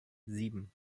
sieben